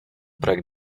projekt